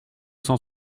cent